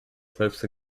cliffs